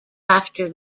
after